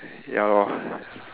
ya lor